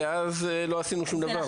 ולא עשינו שום דבר.